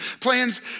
plans